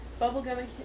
Bubblegum